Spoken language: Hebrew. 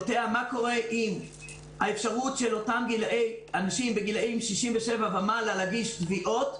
מה קורה אם האפשרות של אנשים בגיל 67 ומעלה להגיש תביעות?